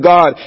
God